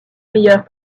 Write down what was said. meilleures